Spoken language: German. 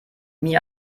mir